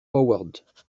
howard